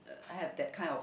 have that kind of